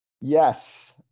yes